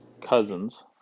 Cousins